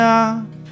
up